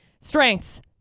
Strengths